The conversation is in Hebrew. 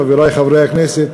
חברי חברי הכנסת,